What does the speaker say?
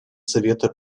совета